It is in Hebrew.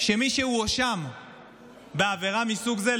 שמי שהואשם בעבירה מסוג זה,